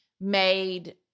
made